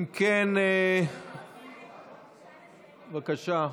אם כן, בבקשה,